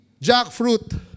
jackfruit